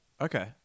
Okay